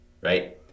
Right